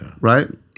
right